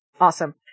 Awesome